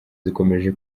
zikomeje